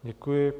Děkuji.